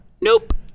nope